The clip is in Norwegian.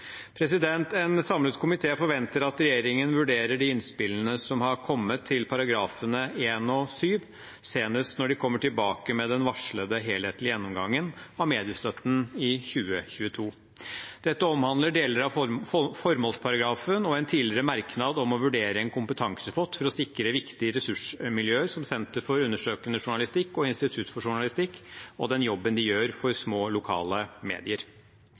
En samlet komité forventer at regjeringen vurderer de innspillene som har kommet til § 1 og § 7, senest når de kommer tilbake med den varslede helhetlige gjennomgangen av mediestøtten i 2022. Dette omhandler deler av formålsparagrafen og en tidligere merknad om å vurdere en kompetansepott for å sikre viktige ressursmiljøer som Senter for undersøkende journalistikk og Institutt for Journalistikk, og den jobben de gjør for små lokale medier.